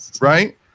right